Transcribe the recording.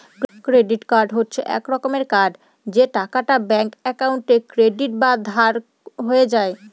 credit card হচ্ছে এক রকমের কার্ড যে টাকাটা ব্যাঙ্ক একাউন্টে ক্রেডিট বা ধার হয়ে যায়